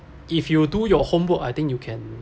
if you do your homework I think you can